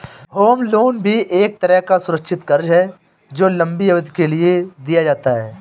home loan भी एक तरह का सुरक्षित कर्ज है जो लम्बी अवधि के लिए दिया जाता है